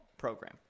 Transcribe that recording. program